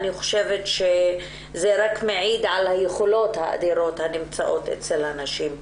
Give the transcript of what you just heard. אני חושבת שזה רק מעיד על היכולות האדירות הנמצאות אצל הנשים.